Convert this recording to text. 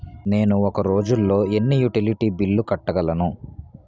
నేను ఒక రోజుల్లో ఎన్ని యుటిలిటీ బిల్లు కట్టగలను?